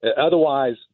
Otherwise